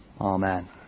Amen